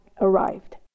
arrived